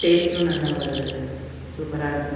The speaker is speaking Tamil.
டேஸ்ட்டும் நல்லா ஒரு சூப்பராக இருக்கும்